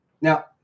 now